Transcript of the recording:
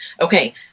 okay